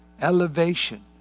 elevation